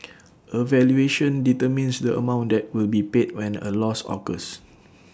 A valuation determines the amount that will be paid when A loss occurs